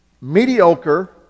Mediocre